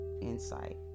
insight